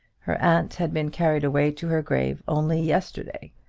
her aunt had been carried away to her grave only yesterday,